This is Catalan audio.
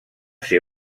ser